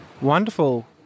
Wonderful